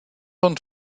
und